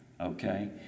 Okay